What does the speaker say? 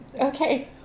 Okay